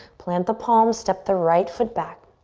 plant the palms. step the right foot back.